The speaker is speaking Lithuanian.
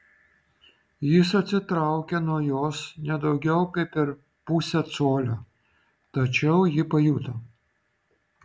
jis atsitraukė nuo jos ne daugiau kaip per pusę colio tačiau ji pajuto